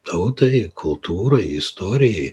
tautai kultūrai istorijai